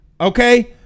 Okay